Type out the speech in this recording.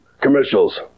commercials